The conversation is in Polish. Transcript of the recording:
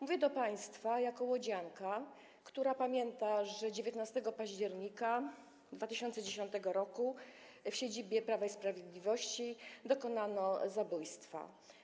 Mówię do państwa jako łodzianka, która pamięta, że 19 października 2010 r. w siedzibie Prawa i Sprawiedliwości dokonano zabójstwa.